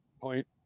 point